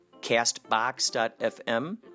Castbox.fm